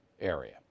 area